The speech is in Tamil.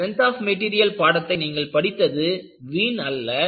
ஸ்ட்ரென்த் ஆப் மெட்டீரியல் பாடத்தை நீங்கள் படித்தது வீண் அல்ல